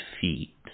feet